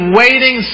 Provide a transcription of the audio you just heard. waiting